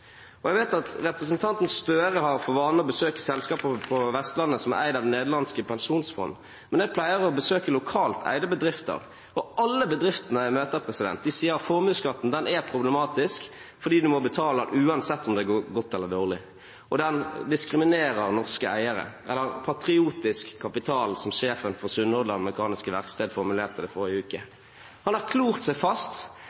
Jeg vet at representanten Gahr Støre har for vane å besøke selskaper på Vestlandet som er eid av nederlandske pensjonsfond, men jeg pleier å besøke lokalt eide bedrifter, og alle bedriftene jeg møter, sier at formuesskatten er problematisk fordi en må betale den uansett om det går godt eller dårlig. Den diskriminerer norske eiere, eller patriotisk kapital, slik sjefen for Sunnhordland Mekaniske Verksted formulerte det forrige